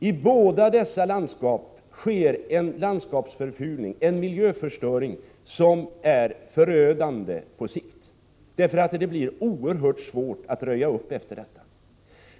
I båda dessa län sker det en landskapsförfulning, en miljöförstöring som är förödande på sikt. Det kommer att bli oerhört svårt att röja upp efter den.